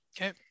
Okay